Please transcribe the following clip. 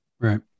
Right